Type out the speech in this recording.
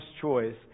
choice